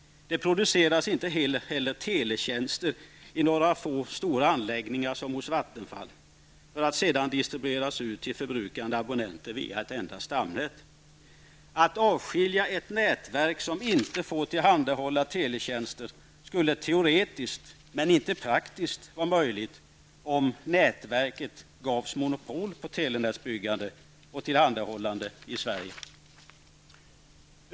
Det produceras inte heller ''teletjänster'' i några få stora anläggningar som hos Vattenfall, för att sedan distribueras ut till förbrukande abonnenter via ett enda stamnät. Att avskilja ett ''nätverk'' som inte får tillhandahålla teletjänster skulle teoretiskt men inte praktiskt vara möjligt, om ''nätverket'' gavs monopol på telenätsbyggande och tillhandahållande i Sverige.